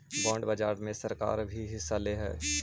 bond बाजार में सरकार भी हिस्सा लेवऽ हई